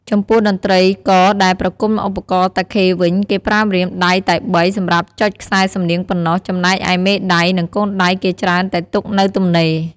ចំពោះតន្ត្រីករដែលប្រគំឧបករណ៍តាខេវិញ គេប្រើម្រាមដៃតែបី សម្រាប់ចុចខ្សែសំនៀងប៉ុណ្ណោះ ចំណែកឯមេដៃ និងកូនដៃគេច្រើនតែទុកនៅទំនេរ។